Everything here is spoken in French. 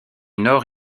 nord